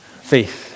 Faith